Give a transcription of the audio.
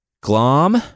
Glom